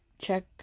check